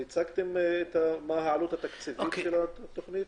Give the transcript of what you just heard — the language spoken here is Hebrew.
הצגתם מה העלות התקציבית של התכנית?